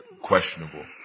questionable